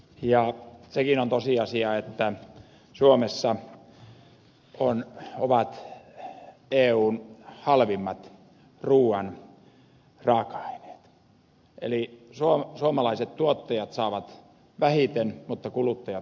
ja sekin on tosiasia että suomessa ovat eun halvimmat ruuan raaka aineet eli suomalaiset tuottajat saavat vähiten mutta kuluttajat maksavat eniten